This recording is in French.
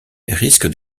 risque